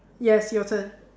yes your turn